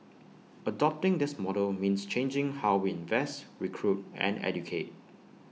adopting this model means changing how we invest recruit and educate